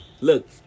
Look